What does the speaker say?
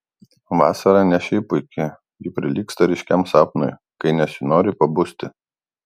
vasara ne šiaip puiki ji prilygsta ryškiam sapnui kai nesinori pabusti